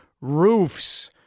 Roof's